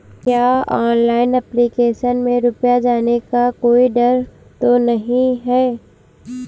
क्या online application में रुपया जाने का कोई डर तो नही है?